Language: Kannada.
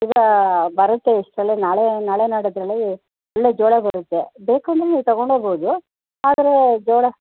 ಈಗ ಬರುತ್ತೆ ಇಷ್ಟ್ರಲ್ಲೇ ನಾಳೆ ನಾಳೆ ನಾಡಿದ್ರಲ್ಲಿ ಒಳ್ಳೆಯ ಜೋಳ ಬರುತ್ತೆ ಬೇಕು ಅಂದರೆ ನೀವು ತಗೊಂಡು ಹೋಗ್ಬೋದು ಆದರೆ ಜೋಳ